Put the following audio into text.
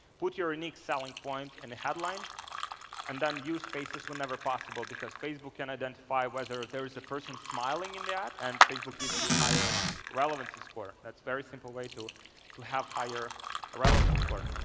put your unique selling point in the headline and then use faces whenever possible, because facebook can identify whether there is a person smiling in that, and facebook gives you higher relevancy score. that's very simple way to to have higher relevancy score.